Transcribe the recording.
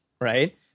Right